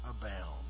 abound